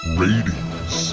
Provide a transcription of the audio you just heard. ratings